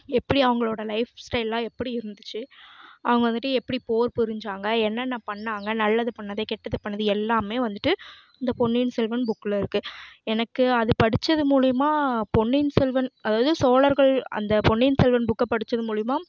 எப்படி அவங்களோட லைஃப் ஸ்டெயில்லாம் எப்படி இருந்துச்சு அவங்க வந்துட்டு எப்படி போர் புரிஞ்சாங்க என்னென்ன பண்ணாங்க நல்லது பண்ணது கெட்டது பண்ணது எல்லாமே வந்துட்டு இந்த பொன்னியின் செல்வன் புக்கில் இருக்குது எனக்கு அது படிச்சது மூலியமாக பொன்னியின் செல்வன் அதாவது சோழர்கள் அந்த பொன்னியின் செல்வன் புக்கை படிச்சது மூலியமாக